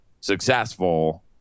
successful